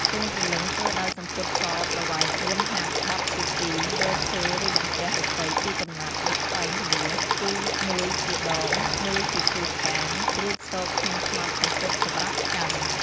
ទង់ព្រលឹងធ្វើដោយសំពត់សប្រវែង ៤ ហត្ថ បត់ជា ២ យកឈើ ឬបន្ទះ ឫស្សី ២ កំណាត់ដាក់ខ្វែងគ្នា គឺមួយជាដង មួយជាឈើឆ្កាង រួចស៊កក្នុងផ្នត់សំពត់សម្រាប់កាន់។